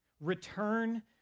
Return